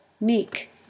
meek